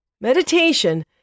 Meditation